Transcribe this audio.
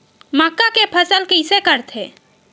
मक्का के फसल कइसे करथे?